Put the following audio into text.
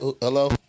Hello